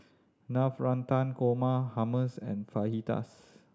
Navratan Korma Hummus and Fajitas